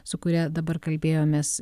su kuria dabar kalbėjomės